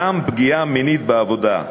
גם פגיעה מינית בעבודה,